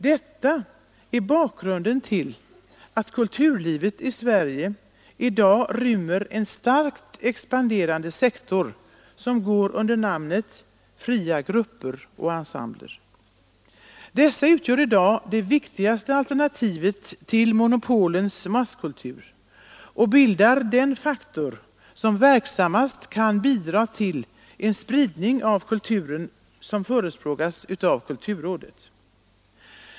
Detta är bakgrunden till att kulturlivet i Sverige i dag rymmer en starkt expanderande sektor, som går under namnet fria grupper och ensembler. Dessa utgör i dag det viktigaste alternativet till monopolens masskultur och bildar den faktor som verksammast kan bidra till den spridning av kulturen som förespråkas av kulturrådet.